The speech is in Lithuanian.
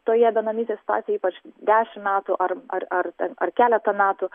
toje benamystės situacijoj ypač dešimt metų ar ar ar ten ar keletą metų